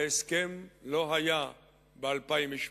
והסכם לא היה ב-2008.